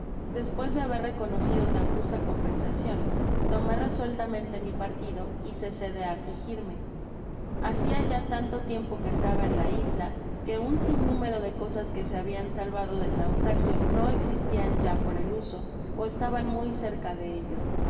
despues de haber reconocido tan justa compensacion tomé resuel tómente mi partido y cesé de afligirme hacia ya tanto tiempo que estaba en la isla que un sin número de cosas que se habian salvado del naufragio no existian ya por el uso ó estaban muy cerca de ello